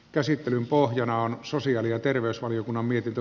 käsittelyn pohjana on sosiaali ja terveysvaliokunnan mietintö